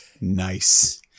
Nice